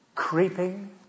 Creeping